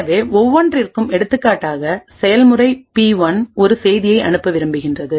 எனவே ஒவ்வொன்றிற்கும்எடுத்துக்காட்டாக செயல்முறை பி 1 ஒரு செய்தியை அனுப்ப விரும்புகிறது